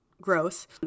gross